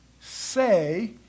say